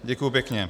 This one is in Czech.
Děkuji pěkně.